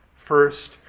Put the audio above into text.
First